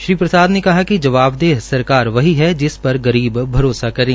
श्री प्रसाद ने कहा कि जवाबदेश सरकार वही हा जिस पर गरीब भरोसा करे